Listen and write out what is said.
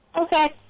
Okay